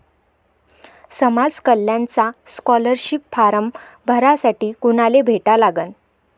समाज कल्याणचा scholarship form भरासाठी कुनाले भेटा लागन?